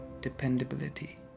dependability